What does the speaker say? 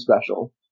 special